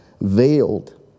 veiled